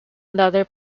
another